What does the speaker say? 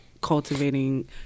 cultivating